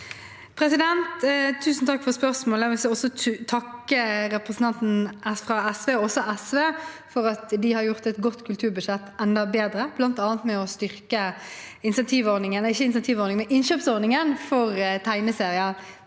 Tusen takk for spørsmålet. Jeg vil også takke representanten fra SV, og også SV, for at de har gjort et godt kulturbudsjett enda bedre, bl.a. ved å styrke innkjøpsordningen for tegneserier.